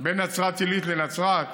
בין נצרת עילית לנצרת,